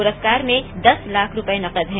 प्रस्कार में दस लाख रूपये नकद हैं